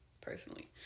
Personally